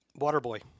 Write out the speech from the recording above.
Waterboy